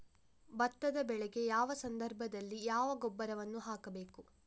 ಭತ್ತದ ಬೆಳೆಗೆ ಯಾವ ಸಂದರ್ಭದಲ್ಲಿ ಯಾವ ಗೊಬ್ಬರವನ್ನು ಹಾಕಬೇಕು?